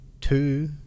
two